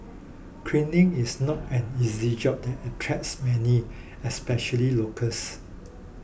cleaning is not an easy job that attracts many especially locals